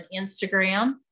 Instagram